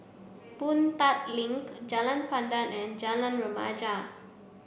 Boon Tat Link Jalan Pandan and Jalan Remaja